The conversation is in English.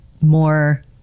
more